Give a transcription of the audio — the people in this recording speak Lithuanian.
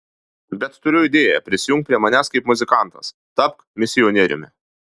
bet turiu idėją prisijunk prie manęs kaip muzikantas tapk misionieriumi